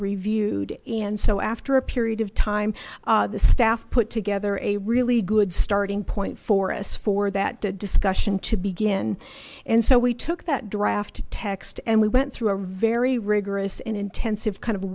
reviewed and so after a period of time the staff put together a really good starting point for us for that discussion to begin and so we took that draft text and we went through a very rigorous and intensive kind of